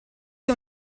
che